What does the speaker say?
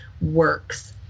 works